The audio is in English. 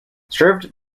served